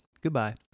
goodbye